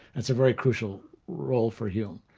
it's a very crucial role for hume.